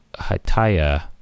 Hataya